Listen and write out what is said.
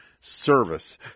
Service